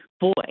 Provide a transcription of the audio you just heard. boy